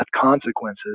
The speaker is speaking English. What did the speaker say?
consequences